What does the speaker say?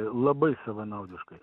labai savanaudiškai